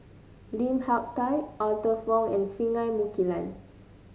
Lim Hak Tai Arthur Fong and Singai Mukilan